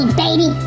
baby